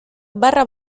barra